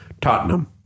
Tottenham